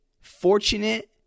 fortunate